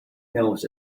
knows